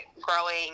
growing